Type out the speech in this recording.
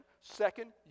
Second